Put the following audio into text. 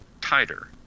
tighter